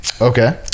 Okay